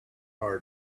are